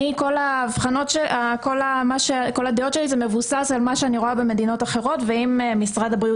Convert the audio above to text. כל הדעות שלי מבוססות על מה שאני רואה במדינות אחרות ואם משרד הבריאות